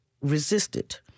resisted